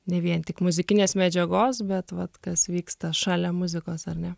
ne vien tik muzikinės medžiagos bet vat kas vyksta šalia muzikos ar ne